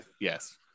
yes